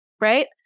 right